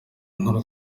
inkuru